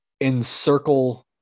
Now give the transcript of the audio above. encircle